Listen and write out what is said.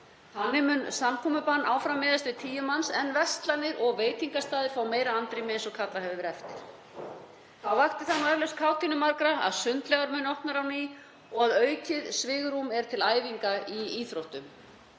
Þannig mun samkomubann áfram miðast við tíu manns en verslanir og veitingastaðir fá meira andrými eins og kallað hefur verið eftir. Þá vakti það eflaust fögnuð margra að sundlaugar munu opna á ný og að aukið svigrúm er til æfinga í íþróttum.